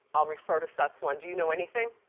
i'll refer to suss one. do you know anything?